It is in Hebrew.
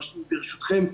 ברשותכם,